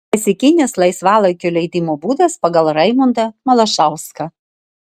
klasikinis laisvalaikio leidimo būdas pagal raimundą malašauską